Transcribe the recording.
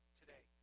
today